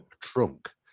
trunk